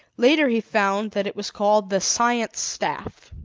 later he found that it was called the science staff.